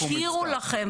אבל אם לא הכירו לכם,